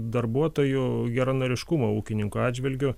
darbuotojų geranoriškumą ūkininko atžvilgiu